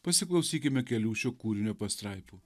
pasiklausykime kelių šio kūrinio pastraipų